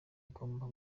igomba